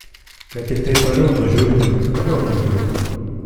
kad tiktai toliau nuo žiurkių toliau nuo žiurkių